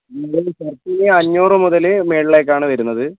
നിങ്ങളുടെ ഷർട്ടിന് അഞ്ഞൂറ് മുതൽ മുളിലേക്കാണ് വരുന്നത്